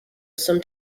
some